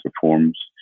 performs